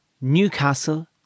Newcastle